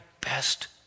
best